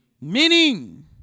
Meaning